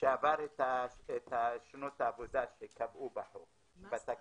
שעבר את שנות העבודה שקבעו בחוק בתקנות.